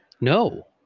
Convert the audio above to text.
No